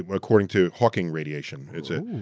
ah according to hawking radiation, it's a,